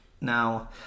Now